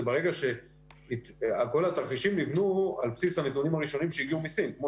כל התרחישים נבנו על בסיס הנתונים הראשונים שהגיעו מסין - כמו